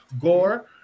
gore